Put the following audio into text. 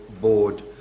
board